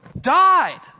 died